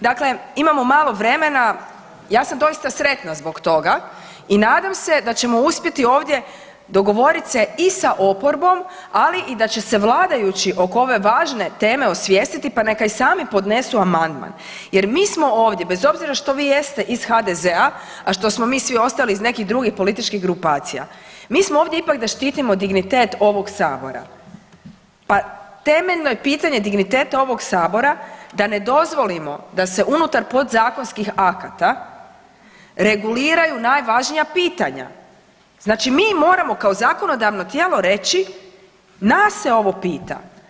Dakle, imamo malo vremena, ja sam doista sretna zbog toga i nadam se da ćemo uspjeti ovdje dogovorit se i sa oporbom, ali i da će se vladajući oko ove važne teme osvijestiti, pa neka i sami podnesu amandman jer mi smo ovdje bez obzira što vi jeste iz HDZ-a, a što smo mi svi ostali iz nekih drugih političkih grupacija, mi smo ovdje ipak da štitimo dignitet ovog sabora, pa temeljno je pitanje digniteta ovog sabora da ne dozvolimo da se unutar podzakonskih akata reguliraju najvažnija pitanja, znači mi moramo kao zakonodavno tijelo reći nas se ovo pita.